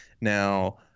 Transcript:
Now